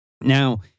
Now